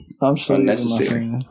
unnecessary